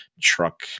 truck